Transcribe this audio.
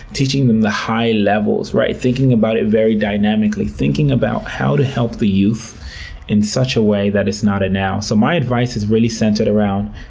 teaching them the high levels, right? thinking about it very dynamically, thinking about how to help the youth in such a way that it's not a noun. so, my advice is really centered around